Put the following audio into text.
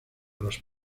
los